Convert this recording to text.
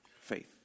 faith